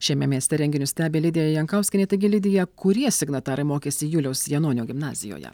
šiame mieste renginius stebi lidija jankauskienė taigi lidija kurie signatarai mokėsi juliaus janonio gimnazijoje